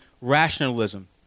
rationalism